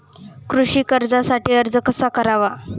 कृषी कर्जासाठी अर्ज कसा करावा?